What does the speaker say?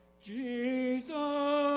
Jesus